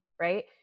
right